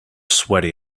sweaty